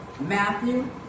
Matthew